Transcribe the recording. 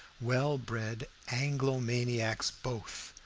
well-bred anglo-maniacs both,